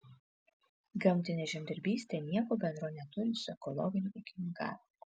gamtinė žemdirbystė nieko bendro neturi su ekologiniu ūkininkavimu